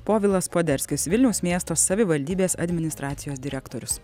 povilas poderskis vilniaus miesto savivaldybės administracijos direktorius